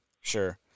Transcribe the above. Sure